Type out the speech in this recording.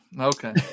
okay